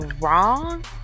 wrong